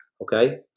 Okay